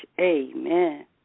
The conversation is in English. Amen